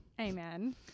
Amen